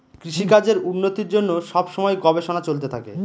কৃষিকাজের উন্নতির জন্য সব সময় গবেষণা চলতে থাকে